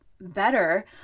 better